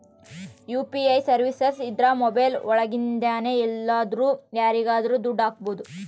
UPI services ಇದ್ರ mobile ಒಳಗಿಂದನೆ ಎಲ್ಲಾದ್ರೂ ಯಾರಿಗಾದ್ರೂ ದುಡ್ಡು ಹಕ್ಬೋದು